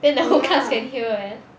then the whole class can hear eh